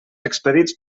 expedits